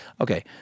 Okay